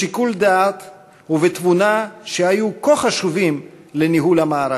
בשיקול דעת ובתבונה שהיו כה חשובים לניהול המערכה.